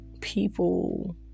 people